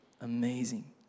amazing